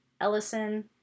Ellison